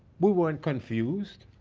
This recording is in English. we weren't confused.